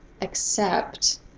accept